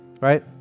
Right